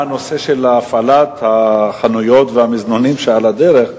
גם הנושא של הפעלת החנויות והמזנונים שעל הדרך,